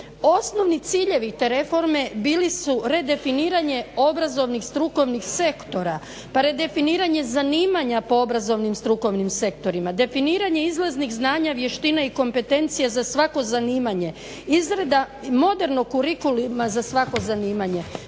Osnovni ciljevi te reforme bili su redefiniranje obrazovnih strukovnih sektora pa redefiniranje zanimanja po obrazovnih strukovnim sektorima, definiranje izlaznih znanja, vještina i kompetencija za svako zanimanje, izrada modernog kurikuluma za svako zanimanje.